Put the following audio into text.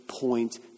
point